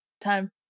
time